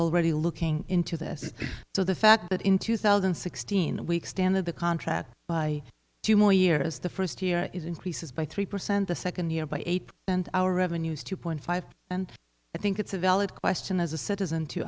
already looking into this so the fact that in two thousand and sixteen weeks stand of the contract by two more years the first year is increases by three percent the second year by eight and our revenues two point five and i think it's a valid question as a citizen to